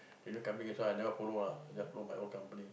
the other company that's why I never follow lah I only follow my own company